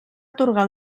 atorgar